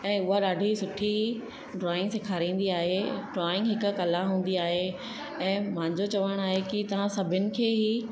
ऐं उहा ॾाढी सुठी ड्रॉइंग सेखारींदी आहे ड्रॉइंग हिकु कला हूंदी आहे ऐं मुंहिंजो चवणु आहे की तव्हां सभिनि खे ई